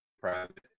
private